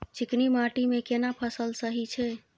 चिकनी माटी मे केना फसल सही छै?